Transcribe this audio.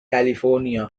california